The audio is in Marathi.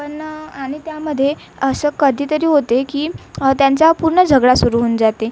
पण आणि त्यामध्ये असं कधीतरी होते की त्यांचा पूर्ण झगडा सुरू होऊन जाते